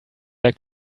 like